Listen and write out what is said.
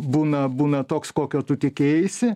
būna būna toks kokio tu tikėjaisi